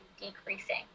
decreasing